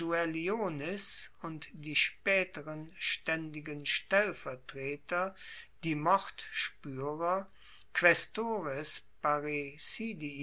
und die spaeteren staendigen stellvertreter die mordspuerer